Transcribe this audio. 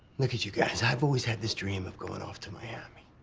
look at you guys. i've always had this dream of going off to miami.